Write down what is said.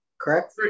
correct